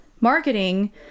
marketing